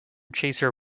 chaser